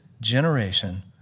generation